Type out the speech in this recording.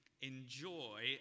enjoy